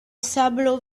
sablo